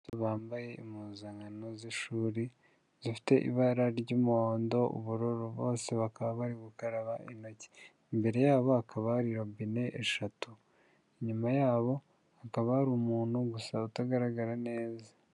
Bambaye impuzankano z'ishuri zifite ibara ry'umuhondo, ubururu, bose bakaba bari gukaraba intoki. Imbere yabo hakaba hari robine eshatu, inyuma yabo hakaba hari umuntu gusa utagaragara neza.